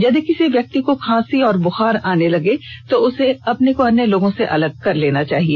यदि किसी व्यक्ति को खांसी और बुखार आने लगे तो उसे अपने को अन्य लोगों से अलग कर लेना चाहिए